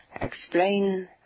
explain